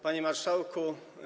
Panie Marszałku!